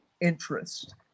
interest